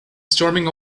storming